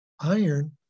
iron